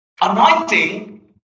Anointing